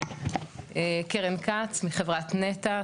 קרן כץ מחברת נת"ע,